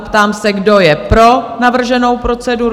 Ptám se, kdo je pro navrženou proceduru?